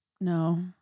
No